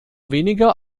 weniger